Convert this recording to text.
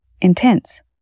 intense